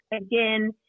Again